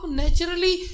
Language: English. naturally